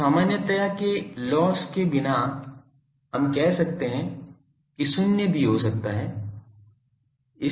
तो सामान्यता के लॉस के बिना हम कह सकते हैं कि शून्य भी हो सकता है